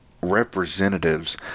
representatives